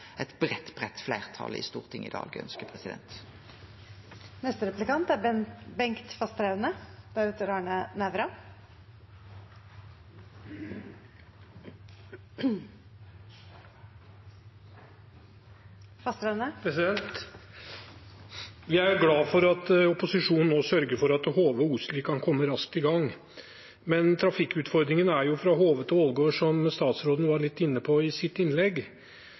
i Stortinget i dag ønskjer. Vi er glad for at opposisjonen nå sørger for at Hove–Osli kan komme raskt i gang. Men trafikkutfordringen er jo fra Hove til Ålgård, som statsråden var litt inne på i sitt innlegg.